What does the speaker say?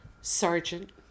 Sergeant